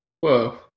Whoa